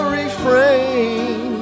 refrain